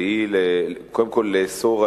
והיא קודם כול לאסור,